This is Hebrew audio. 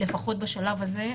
לפחות בשלב הזה,